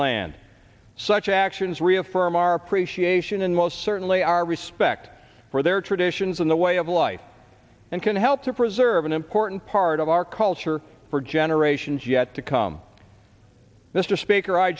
land such actions reaffirm our appreciation and most certainly our respect for their traditions in the way of life and can help to preserve an important part of our culture for generations yet to come mr speaker i